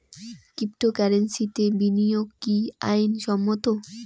ক্রিপ্টোকারেন্সিতে বিনিয়োগ কি আইন সম্মত?